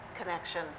connection